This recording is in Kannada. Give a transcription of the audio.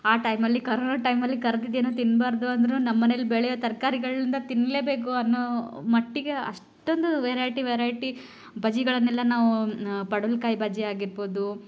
ಆ ಟೈಮಲ್ಲಿ ಕರೋನ ಟೈಮಲ್ಲಿ ಕರ್ದಿದ್ದು ಏನು ತಿನ್ನಬಾರ್ದು ಅಂದರು ನಮ್ಮನೆಲಿ ಬೆಳೆಯೋ ತರಕಾರಿಗಳಿಂದ ತಿನ್ನಲೇಬೇಕು ಅನ್ನೋ ಮಟ್ಟಿಗೆ ಅಷ್ಟೊಂದು ವೆರೈಟಿ ವೆರೈಟಿ ಬಜ್ಜಿಗಳ್ನೆಲ್ಲ ನಾವು ಪಡ್ವಲ್ಕಾಯಿ ಬಜ್ಜಿ ಆಗಿರ್ಬೋದು